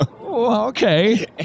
Okay